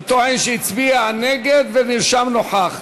הוא טוען שהצביע נגד ונרשם נוכח.